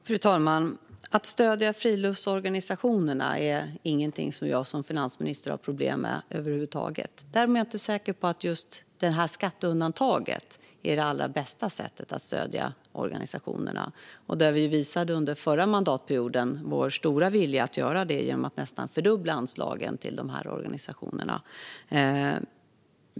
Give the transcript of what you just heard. Fru talman! Att stödja friluftsorganisationerna är ingenting som jag som finansminister har problem med över huvud taget. Däremot är jag inte säker på att just det här skatteundantaget är det allra bästa sättet att stödja organisationerna. Vi visade ju under förra mandatperioden vår stora vilja att göra det genom att nästan fördubbla anslagen till de här organisationerna.